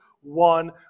one